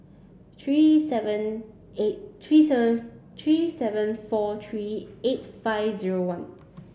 three seven eight three seven three seven four three eight five zero one